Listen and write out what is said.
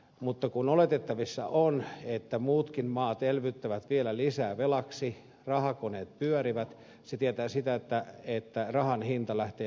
mutta kun oletettavissa on että muutkin maat elvyttävät vielä lisää velaksi rahakoneet pyörivät se tietää sitä että rahan hinta lähtee markkinoilla nousemaan